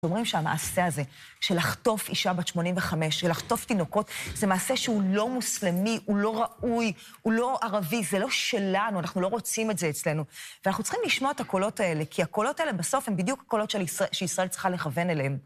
אומרים שהמעשה הזה של לחטוף אישה בת 85 ולחטוף תינוקות, זה מעשה שהוא לא מוסלמי, הוא לא ראוי, הוא לא ערבי, זה לא שלנו, אנחנו לא רוצים את זה אצלנו. ואנחנו צריכים לשמוע את הקולות האלה, כי הקולות האלה בסוף הם בדיוק הקולות שישראל צריכה לכוון אליהם.